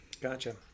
gotcha